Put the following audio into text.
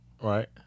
Right